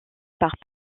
par